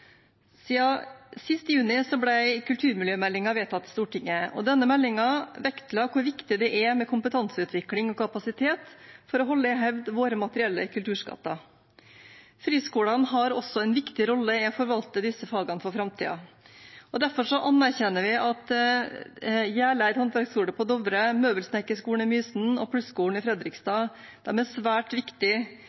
Stortinget. Denne meldingen vektla hvor viktig det er med kompetanseutvikling og kapasitet for å holde i hevd våre materielle kulturskatter. Friskolene har også en viktig rolle i å forvalte disse fagene for framtiden. Derfor anerkjenner vi at Hjerleid Handverksskole på Dovre, Møbelsnekkerskolen i Mysen og Plus-skolen i Fredrikstad er svært